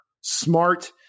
Smart